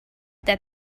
that